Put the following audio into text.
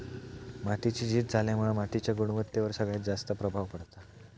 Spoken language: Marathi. मातीची झीज झाल्यामुळा मातीच्या गुणवत्तेवर सगळ्यात जास्त प्रभाव पडता